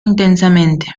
intensamente